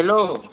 hello